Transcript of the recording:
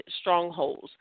strongholds